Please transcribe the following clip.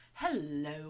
Hello